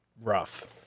rough